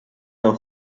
the